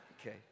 Okay